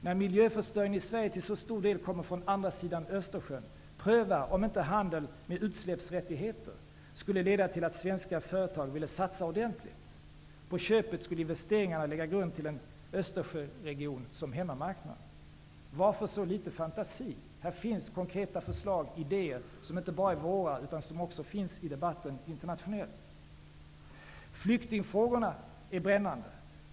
När miljöförstöringen i Sverige till så stor del kommer från andra sidan Östersjön borde man pröva om inte handeln med utsläppsrättigheter skulle leda till att svenska företag ville satsa ordentligt. På köpet skulle investeringarna lägga grund till en Östersjöregion som hemmamarknad. Varför har regeringen så litet fantasi? Här finns konkreta förslag och idéer som inte bara är Socialdemokraternas utan som också finns i den internationella debatten. Flyktingfrågorna är brännande.